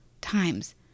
times